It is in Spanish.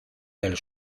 del